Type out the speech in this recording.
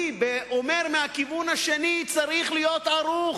אני אומר מהכיוון השני שצריך להיות ערוך